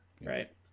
right